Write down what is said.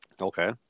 Okay